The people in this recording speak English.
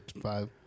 five